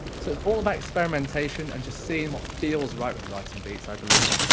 so it's all about experimentation and just seeing what feels right when writing beats, i believe.